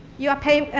you are pay,